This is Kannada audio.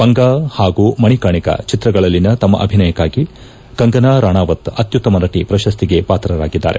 ಪಂಗಾ ಹಾಗೂ ಮಣಿಕರ್ಣಿಕಾ ಚಿತ್ರಗಳಲ್ಲಿನ ತಮ್ನ ಅಭಿನಯಕಾಗಿ ಕಂಗನಾ ರಾಣಾವತ್ ಅತ್ಯುತ್ತಮ ನಟ ಪ್ರಶಸ್ತಿಗೆ ಪಾತ್ರರಾಗಿದ್ದಾರೆ